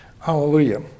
Hallelujah